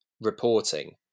reporting